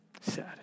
Sad